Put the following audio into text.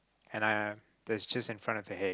and I there's just in front of the hay